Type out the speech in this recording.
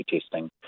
testing